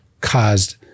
caused